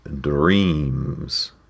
dreams